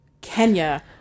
Kenya